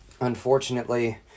unfortunately